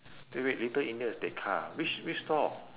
wait wait little india is tekka ah which which stall